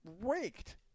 raked